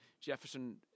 Jefferson –